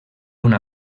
una